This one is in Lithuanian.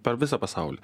per visą pasaulį